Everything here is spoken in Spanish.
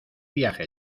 viaje